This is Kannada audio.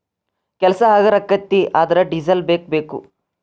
ಕೆಲಸಾ ಹಗರ ಅಕ್ಕತಿ ಆದರ ಡಿಸೆಲ್ ಬೇಕ ಬೇಕು